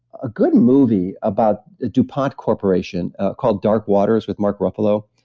a good movie about a dupont corporation called dark waters with mark ruffalo.